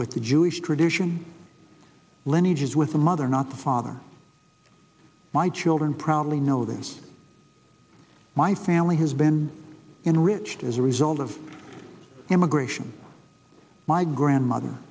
with the jewish tradition lineage is with the mother not the father my children probably know this my family has been enriched as a result of immigration my grandmother